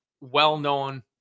well-known